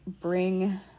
bring